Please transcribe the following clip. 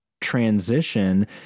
transition